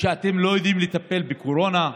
אתם לא יודעים לטפל בקורונה,